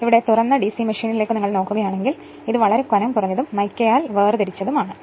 നിങ്ങൾ തുറന്ന ഡിസി മെഷീനിൽ നോക്കുകയാണെങ്കിൽ ഇത് വളരെ കനം കുറഞ്ഞതും മൈക്കയാൽ വേർതിരിച്ചതുമാണ്